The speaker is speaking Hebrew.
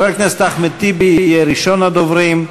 חבר הכנסת אחמד טיבי יהיה ראשון הדוברים.